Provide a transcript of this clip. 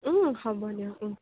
হ'ব দিয়ক